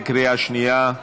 קריאה שנייה.